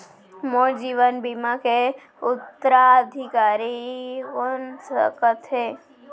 मोर जीवन बीमा के उत्तराधिकारी कोन सकत हे?